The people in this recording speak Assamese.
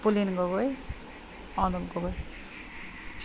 কুলেন গগৈ অনুপ গগৈ